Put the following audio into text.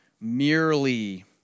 merely